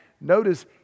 notice